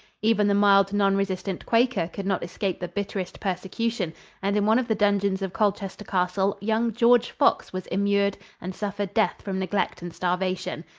even the mild, nonresistant quaker could not escape the bitterest persecution and in one of the dungeons of colchester castle young george fox was immured and suffered death from neglect and starvation.